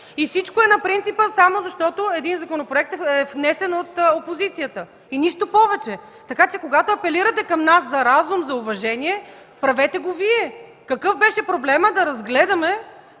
Всичко е на принципа – само защото един законопроект е внесен от опозицията, и нищо повече! Така че когато апелирате към нас за разум, за уважение, правете го Вие! Какъв беше проблемът да разгледаме